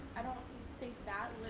i don't think that